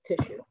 tissue